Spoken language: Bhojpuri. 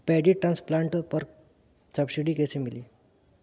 पैडी ट्रांसप्लांटर पर सब्सिडी कैसे मिली?